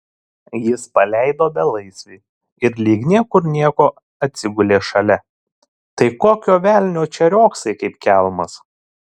jis paleido belaisvį ir lyg niekur nieko atsigulė šalia tai kokio velnio čia riogsai kaip kelmas